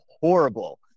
horrible